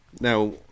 Now